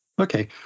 Okay